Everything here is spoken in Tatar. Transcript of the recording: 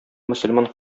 мөселман